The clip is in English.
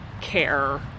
care